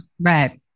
Right